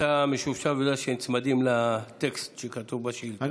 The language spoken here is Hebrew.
אתה משופשף ויודע שנצמדים לטקסט שכתוב בשאילתה.